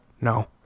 No